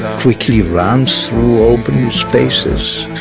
quickly run through open spaces.